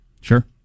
Sure